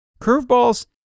Curveballs